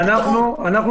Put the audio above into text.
שולח לך אס.אם.אס.